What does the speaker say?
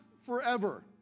forever